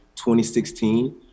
2016